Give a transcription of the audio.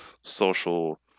social